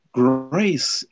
grace